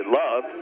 love